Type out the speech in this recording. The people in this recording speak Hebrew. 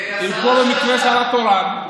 שנמצאת פה כשר התורן,